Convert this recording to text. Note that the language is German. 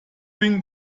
bin